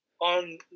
on